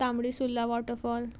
Tambdi Surla waterfall